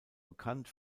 bekannt